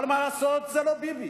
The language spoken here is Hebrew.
אבל מה לעשות, זה לא ביבי,